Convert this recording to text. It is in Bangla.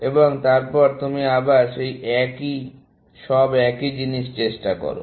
এবং তারপর তুমি আবার সেই একই সব একই জিনিস চেষ্টা করো